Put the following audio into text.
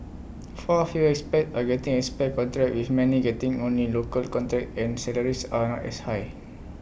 far fewer expats are getting expat contracts with many getting only local contacts and salaries are not as high